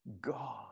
God